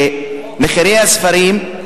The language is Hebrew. שמחירי הספרים,